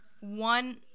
one